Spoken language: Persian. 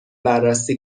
بررسی